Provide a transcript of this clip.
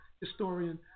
historian